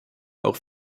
auch